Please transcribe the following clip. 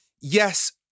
yes